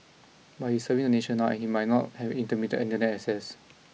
but he is serving the nation now and he might not have intermittent Internet access